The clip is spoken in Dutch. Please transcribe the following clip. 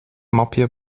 mapje